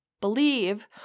believe